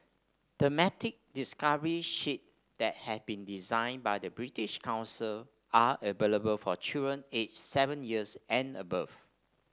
thematic discovery sheets that have been designed by the British Council are available for children aged seven years and above